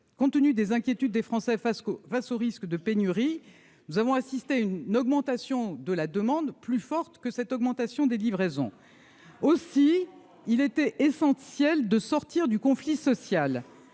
compte tenu des inquiétudes des Français face face au risque de pénurie, nous avons assisté à une augmentation de la demande plus forte que cette augmentation des livraisons aussi, il était essentiel de sortir du conflit social,